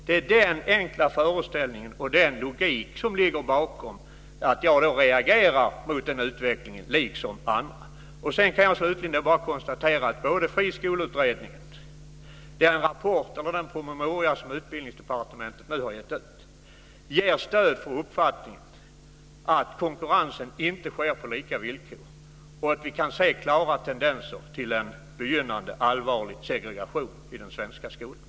Det är den enkla föreställningen och den logiken som ligger bakom att jag reagerar mot den utvecklingen, liksom andra gör. Jag kan slutligen bara konstatera att både Friskoleutredningen och den promemoria som Utbildningsdepartementet nu har gett ut ger stöd för uppfattningen att konkurrensen inte sker på lika villkor och att vi kan se klara tendenser till en begynnande allvarlig segregation i den svenska skolan.